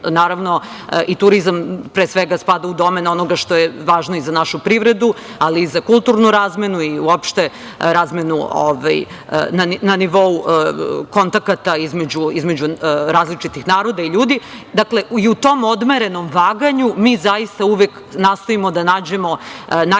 naravno, i turizam pre svega spada u domen onoga što je važno i za našu privredu, ali i za kulturnu razmenu i uopšte razmenu na nivou kontakata između različitih naroda i ljudi. Dakle, i u tom odmerenom vaganju mi zaista uvek nastojimo da nađemo najbolji